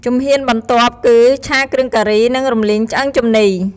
ជំហានបន្ទាប់គឺ ឆាគ្រឿងការី និងរំលីងឆ្អឹងជំនី។